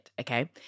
Okay